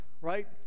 right